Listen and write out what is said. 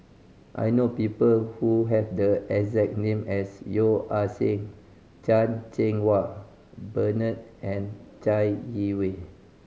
I know people who have the exact name as Yeo Ah Seng Chan Cheng Wah Bernard and Chai Yee Wei